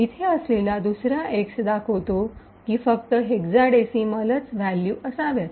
इथे असलेला दुसरा एक्स दाखवितो की फक्त हेक्साडेसीमलच व्याल्यू असाव्यात